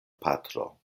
patro